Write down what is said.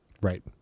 Right